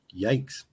yikes